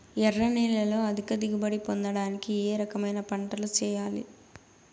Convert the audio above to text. ఎర్ర నేలలో అధిక దిగుబడి పొందడానికి ఏ రకమైన పంటలు చేయాలి?